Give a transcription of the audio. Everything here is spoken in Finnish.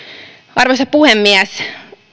arvoisa puhemies